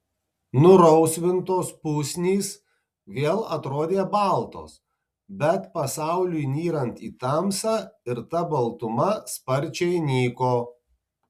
nurausvintos pusnys vėl atrodė baltos bet pasauliui nyrant į tamsą ir ta baltuma sparčiai nyko